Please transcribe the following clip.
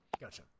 Gotcha